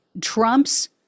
Trump's